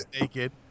naked